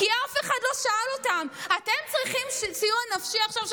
כי אף אחד לא שאל אותם: אתם צריכים סיוע נפשי עכשיו,